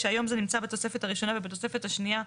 שהיום זה נמצא בתוספת הראשונה ובתוספת השנייה,